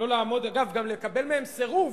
לא לעמוד, אגב, גם לקבל מהם סירוב,